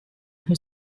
who